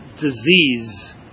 disease